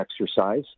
exercise